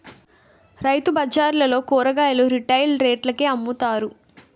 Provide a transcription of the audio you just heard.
రైతుబజార్లలో కూరగాయలు రిటైల్ రేట్లకే అమ్ముతారు